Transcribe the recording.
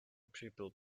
people